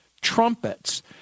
trumpets